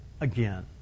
again